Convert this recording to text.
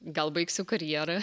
gal baigsiu karjerą